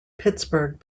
pittsburgh